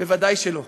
ודאי שלא.